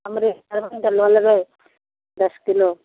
हमरेसँ रेहू लऽ लेबै दश किलो